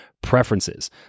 preferences